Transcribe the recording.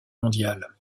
mondiale